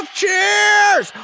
cheers